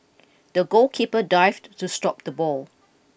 the goalkeeper dived to stop the ball